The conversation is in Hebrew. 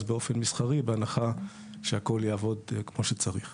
באופן מסחרי בהנחה שהכול יעבוד כמו שצריך.